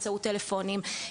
באמצעות טלפונים.